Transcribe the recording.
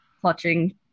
clutching